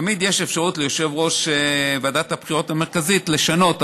תמיד יש אפשרות ליושב-ראש ועדת הבחירות המרכזית לשנות,